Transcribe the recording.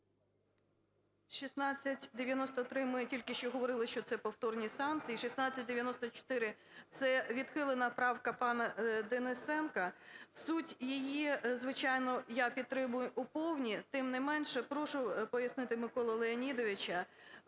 1693 – ми тільки що говорили, що це повторні санкції. 1694 – це відхилена правка пана Денисенка. Суть її, звичайно, я підтримую у повній. Тим не менше, прошу пояснити Миколу Леонідовича,